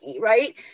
Right